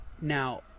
Now